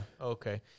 Okay